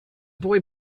boy